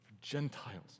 Gentiles